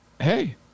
Hey